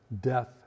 death